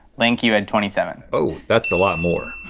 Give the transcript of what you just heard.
link, you had twenty seven. oh, that's a lot more.